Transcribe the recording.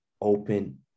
open